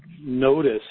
notice